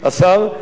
אדוני השר,